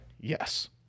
Yes